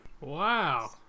Wow